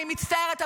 אני מצטערת,